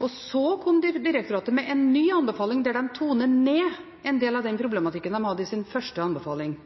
og så kom direktoratet med en ny anbefaling, der de toner ned en del av den problematikken de hadde i sin første anbefaling.